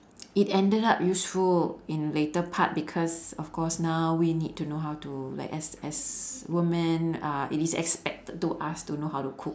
it ended up useful in later part because of course now we need to know how to like as as woman uh it is expected to us to know how to cook